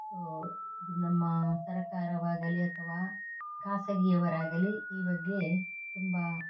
ನಮ್ಮ ಸರಕಾರವಾಗಲಿ ಅಥವಾ ಖಾಸಗಿಯವರಾಗಲಿ ಈ ಬಗ್ಗೆ ತುಂಬ